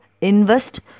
invest